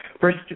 first